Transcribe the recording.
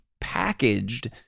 packaged